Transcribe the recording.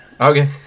Okay